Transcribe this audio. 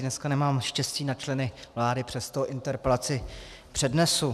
Dneska nemám štěstí na členy vlády, přesto interpelaci přednesu.